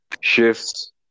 Shifts